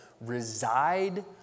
reside